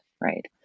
right